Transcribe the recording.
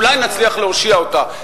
אולי נצליח להושיע אותה,